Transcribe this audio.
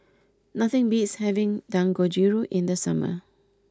nothing beats having Dangojiru in the summer